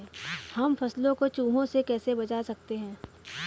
हम फसलों को चूहों से कैसे बचा सकते हैं?